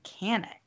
Mechanic